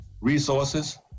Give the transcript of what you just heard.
resources